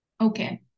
Okay